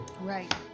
Right